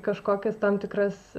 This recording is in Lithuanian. kažkokias tam tikras